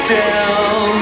down